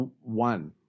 One